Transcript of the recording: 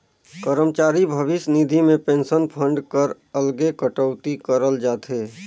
करमचारी भविस निधि में पेंसन फंड कर अलगे कटउती करल जाथे